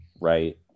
right